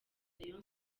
rayon